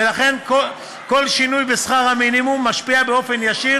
ולכן כל שינוי בשכר המינימום משפיע באופן ישיר